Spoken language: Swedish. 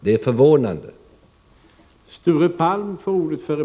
Det är förvånande.